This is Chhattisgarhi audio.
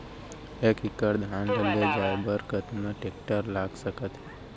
एक एकड़ धान ल ले जाये बर कतना टेकटर लाग सकत हे?